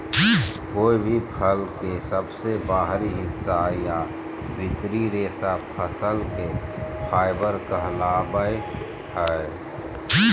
कोय भी फल के सबसे बाहरी हिस्सा या भीतरी रेशा फसल के फाइबर कहलावय हय